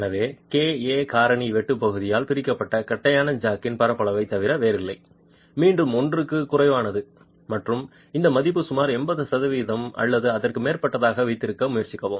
எனவே k a காரணி வெட்டு பகுதியால் பிரிக்கப்பட்ட தட்டையான ஜாக்கின் பரப்பளவைத் தவிர வேறில்லை மீண்டும் 1 க்கும் குறைவானது மற்றும் இந்த மதிப்பை சுமார் 80 சதவீதம் அல்லது அதற்கு மேற்பட்டதாக வைத்திருக்க முயற்சிக்கவும்